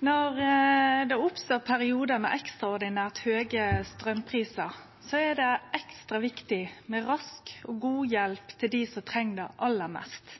Når det oppstår periodar med ekstraordinært høge straumprisar, er det ekstra viktig med rask og god hjelp til dei som treng det aller mest.